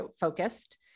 focused